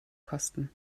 kosten